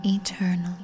eternal